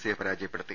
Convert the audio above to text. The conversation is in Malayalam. സിയെ പരാ ജയപ്പെടുത്തി